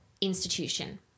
institution